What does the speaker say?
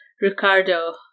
Ricardo